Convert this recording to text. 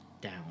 down